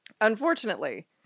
unfortunately